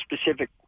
specific